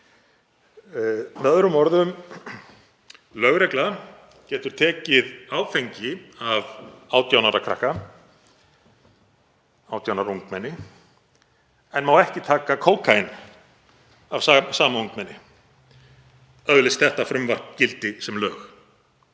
Með öðrum orðum, lögregla getur tekið áfengi af 18 ára krakka, 18 ára ungmenni, en má ekki taka kókaín af sama ungmenni öðlist þetta frumvarp gildi sem lög.